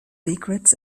secrets